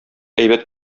әйбәт